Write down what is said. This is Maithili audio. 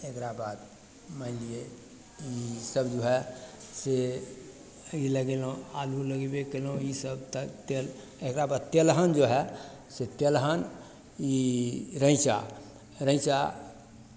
एकरा बाद मानि लियै इसभ जो हए से ई लगयलहुँ आलू लगयबे कयलहुँ इसभ तऽ ते एकरा बाद तेलहन जो हए से तेलहन ई रैँचा रैँचा